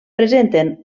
presenten